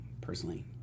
personally